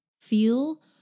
Feel